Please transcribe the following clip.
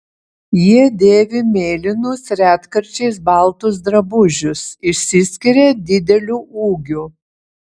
jie dėvi mėlynus retkarčiais baltus drabužius išsiskiria dideliu ūgiu